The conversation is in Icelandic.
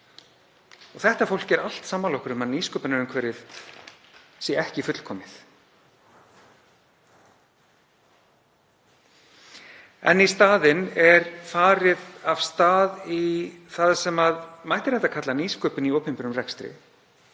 Þetta fólk er allt sammála okkur um að nýsköpunarumhverfið sé ekki fullkomið. Í staðinn er farið af stað í það sem mætti reyndar kalla nýsköpun í opinberum rekstri